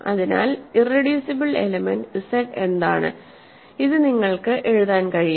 അതിനാൽ irreducible elements Z എന്താണ് ഇത് നിങ്ങൾക്ക് എഴുതാൻ കഴിയും